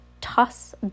toss